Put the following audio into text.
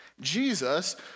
Jesus